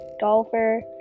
golfer